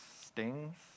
stings